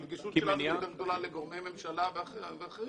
הנגישות שלנו יותר גדולה לגורמי ממשלה ואחרים,